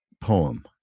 poem